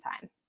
time